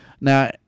Now